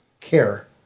care